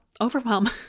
overwhelm